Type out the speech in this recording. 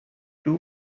two